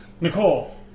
Nicole